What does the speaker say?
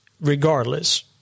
regardless